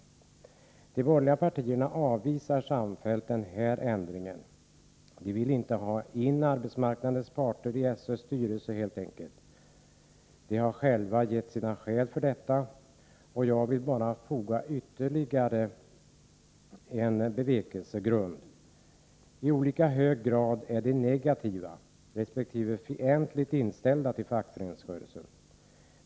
De borgerliga partierna avvisar samfällt den här ändringen. De vill helt enkelt inte ha in arbetsmarknadens parter i SÖ:s styrelse. De har själva gett sina skäl för detta. Jag vill till dessa foga ytterligare en bevekelsegrund: De borgerliga partierna är i olika hög grad negativt eller fientligt inställda till fackföreningsrörelsen.